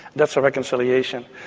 that's a reconciliation.